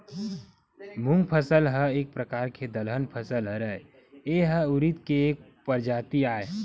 मूंग फसल ह एक परकार के दलहन फसल हरय, ए ह उरिद के एक परजाति आय